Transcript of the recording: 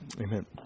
Amen